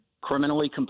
criminally